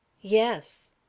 Yes